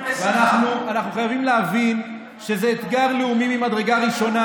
אנחנו חייבים להבין שזה אתגר לאומי ממדרגה ראשונה.